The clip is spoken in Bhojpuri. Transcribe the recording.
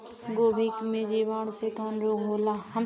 गोभी में जीवाणु से कवन रोग होला?